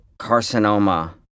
carcinoma